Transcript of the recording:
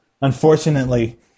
Unfortunately